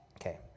Okay